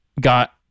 got